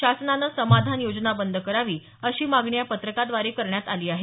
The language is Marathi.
शासनाने समाधान योजना बंद करावी अशी मागणी या पत्रकाद्वारे करण्यात आली आहे